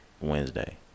Wednesday